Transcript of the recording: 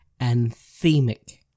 Anthemic